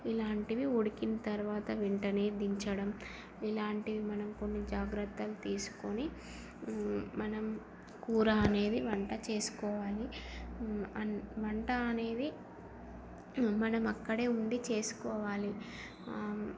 ఇలాంటివి ఉడికిన తర్వాత వెంటనే దించడం ఇలాంటివి మనం కొన్ని జాగ్రత్తలు తీసుకొని మనం కూర అనేది వంట చేసుకోవాలి వంట అనేది మనం అక్కడే ఉండి చేసుకోవాలి